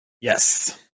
Yes